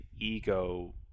ego